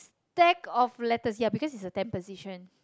stack of letters ya because is a temp position